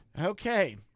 okay